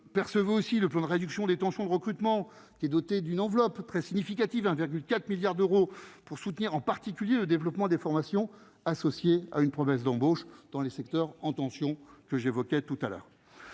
percevez aussi le plan de réduction des tensions de recrutement qui est doté d'une enveloppe très significative 1,4 milliards d'euros pour soutenir en particulier, le développement des formations associées à une promesse d'embauche dans les secteurs en tension que j'évoquais tout à l'heure,